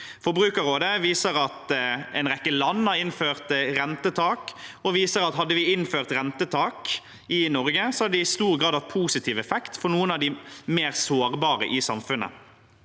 Forbrukerrådet viser til at en rekke land har innført rentetak og viser til at om vi hadde innført rentetak i Norge, hadde det i stor grad hatt positiv effekt for noen av de mer sårbare i samfunnet.